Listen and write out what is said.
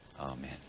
Amen